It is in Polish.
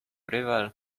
rywal